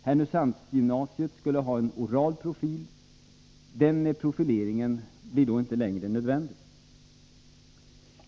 och Härnösandsgymnasiet en oral profil — inte längre blir nödvändig.